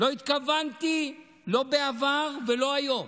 לא התכוונתי לא בעבר ולא היום